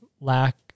lack